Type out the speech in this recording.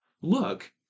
Look